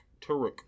Tarek